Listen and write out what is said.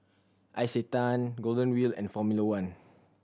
Isetan Golden Wheel and Formula One